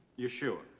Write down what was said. you're sure?